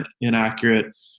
inaccurate